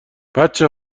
بچه